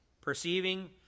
Perceiving